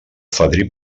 fadrí